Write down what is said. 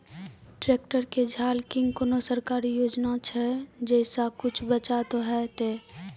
Tractor के झाल किंग कोनो सरकारी योजना छ जैसा कुछ बचा तो है ते?